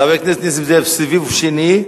חבר הכנסת נסים זאב, סיבוב שני,